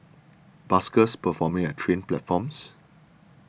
buskers performing at train platforms